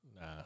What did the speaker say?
Nah